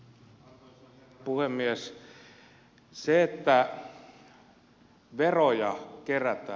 se että veroja kerätään on hyvä asia